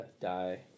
die